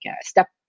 step